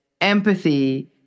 empathy